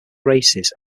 races